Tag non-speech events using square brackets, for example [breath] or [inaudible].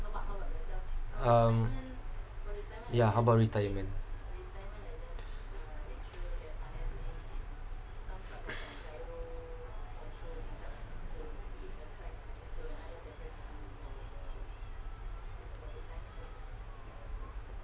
um yeah how about retirement [breath]